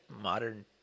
modern